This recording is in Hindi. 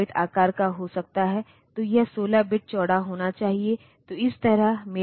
लेकिन डेटा वास्तव में चिप के आकार को कम करता है क्योंकि आपके पास कोई मनमाना आकार का पिन पैकेज नहीं हो सकता है